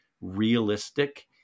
realistic